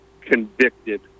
convicted